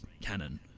canon